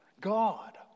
God